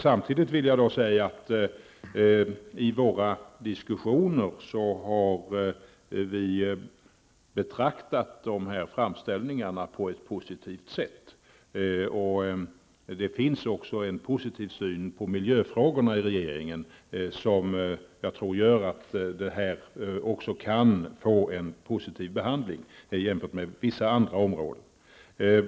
Jag vill samtidigt säga att vi i våra diskussioner har betraktat dessa framställningar på ett positivt sätt. Regeringen har också en positiv syn på miljöfrågorna, vilket kan bidra till att detta område kan få en positiv behandling jämfört med vissa andra områden.